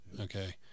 Okay